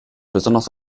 besonders